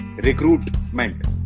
recruitment